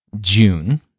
June